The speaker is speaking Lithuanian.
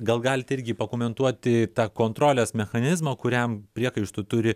gal galit irgi pakomentuoti tą kontrolės mechanizmą kuriam priekaištų turi